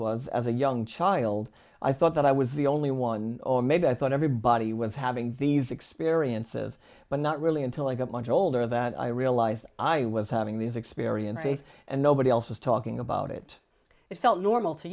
was of a young child i thought that i was the only one or maybe i thought everybody was having these experiences but not really until i got much older that i realized i was having these experience base and nobody else was talking about it it felt normal to